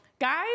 guys